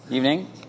Evening